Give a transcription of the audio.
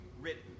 written